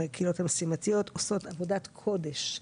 הקהילות המשימתיות עושות עבודת קודש,